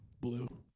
Blue